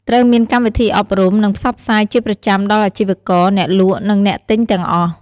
ត្រូវមានកម្មវិធីអប់រំ និងផ្សព្វផ្សាយជាប្រចាំដល់អាជីវករ អ្នកលក់ និងអ្នកទិញទាំងអស់។